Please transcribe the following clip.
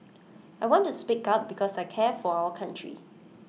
I want to speak up because I care for our country